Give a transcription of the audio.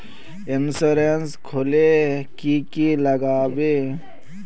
Insurance खोले की की लगाबे?